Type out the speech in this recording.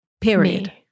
Period